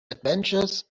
adventures